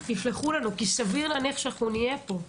את המסקנות שלכם, כי סביר להניח שאנחנו נהיה פה,